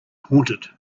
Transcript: haunted